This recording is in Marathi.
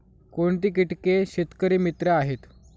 कोणती किटके शेतकरी मित्र आहेत?